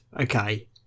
Okay